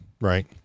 right